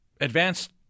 advanced